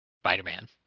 Spider-Man